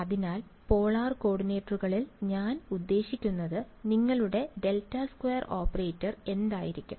അതിനാൽ പോളാർ കോർഡിനേറ്റുകളിൽ ഞാൻ ഉദ്ദേശിക്കുന്നത് നിങ്ങളുടെ ∇2 ഓപ്പറേറ്റർ എന്തായിരിക്കും